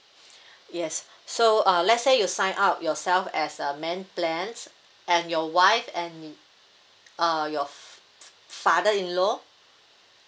yes so uh let's say you sign up yourself as a main plans and your wife and uh your f~ father-in-law